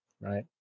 right